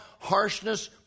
harshness